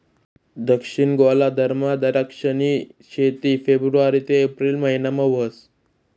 दक्षिण गोलार्धमा दराक्षनी शेती फेब्रुवारी ते एप्रिल महिनामा व्हस